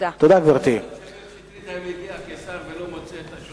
חבר הכנסת מאיר שטרית שאל את שר התעשייה,